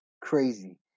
Crazy